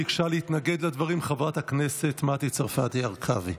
ביקשה להתנגד לדברים חברת הכנסת מטי צרפתי הרכבי,